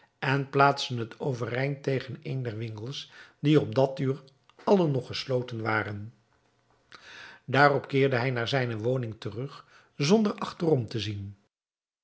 en plaatste het overeind tegen een der winkels die op dat uur allen nog gesloten waren daarop keerde hij naar zijne woning terug zonder achterom te zien